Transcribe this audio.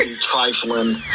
Trifling